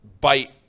bite